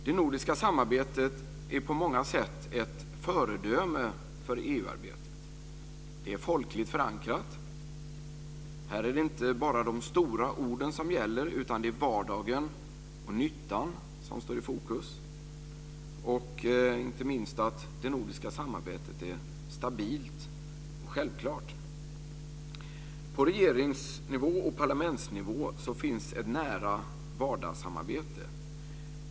Det nordiska samarbetet är på många sätt ett föredöme för EU-arbetet. Det är folkligt förankrat. Här är det inte bara de stora orden som gäller, utan det är vardagen och nyttan som står i fokus. Inte minst är det nordiska samarbetet stabilt och självklart. På regeringsnivå och parlamentsnivå finns ett nära vardagssamarbete.